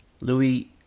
Louis